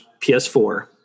ps4